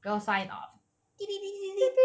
go sign off